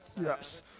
Yes